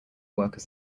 workers